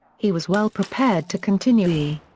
he was well prepared to continue,